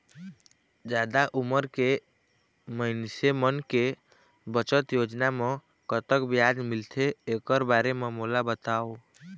जादा उमर के मइनसे मन के बचत योजना म कतक ब्याज मिलथे एकर बारे म मोला बताव?